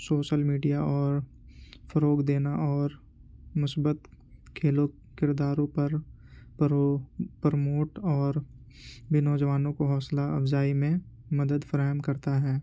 social media اور فروغ دینا اور مثبت کھیلوں کرداروں پر پرموٹ اور وے نوجوانوں کو حوصلہ افزائی میں مدد فراہم کرتا ہے